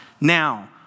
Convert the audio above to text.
Now